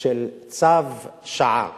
של צו שעה